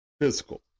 physical